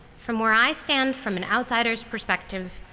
from where i stand from an outsider's perspective,